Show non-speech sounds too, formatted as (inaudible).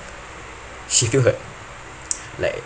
she feel hurt (noise) like